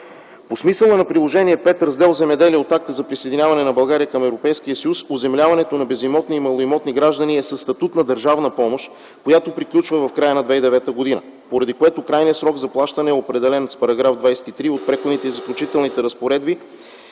По смисъла на Приложение 5, Раздел „Земеделие” от акта за присъединяване на България към Европейския съюз оземляването на безимотни и малоимотни граждани е със статут на държавна помощ, която приключва в края на 2009 г., поради което крайният срок за плащане, определен с § 23 от Преходните и заключителни разпоредби,